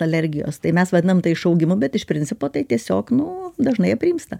alergijos tai mes vadinam tai išaugimu bet iš principo tai tiesiog nu dažnai aprimsta